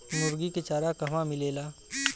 मुर्गी के चारा कहवा मिलेला?